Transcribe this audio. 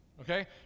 Okay